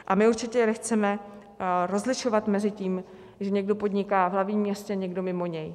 A my určitě nechceme rozlišovat mezi tím, když někdo podniká v hlavním městě a někdo mimo něj.